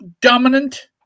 dominant